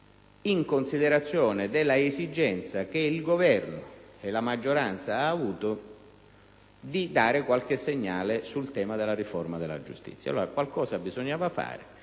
in considerazione della esigenza che il Governo e la maggioranza hanno avuto di dare qualche segnale in tema di riforma della giustizia. Ci si è detti che qualcosa bisognava fare: